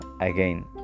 again